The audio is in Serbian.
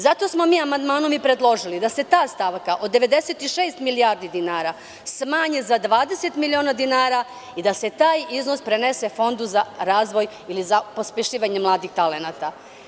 Zato smo mi amandmanom predložili da se ta stavka od 96 milijardi dinara smanji za 20 miliona dinara i da se taj iznos prenese Fondu za razvoj ili za pospešivanje mladih talenata.